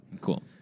Cool